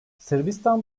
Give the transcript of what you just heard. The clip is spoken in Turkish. sırbistan